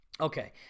Okay